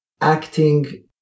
acting